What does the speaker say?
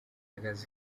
akazi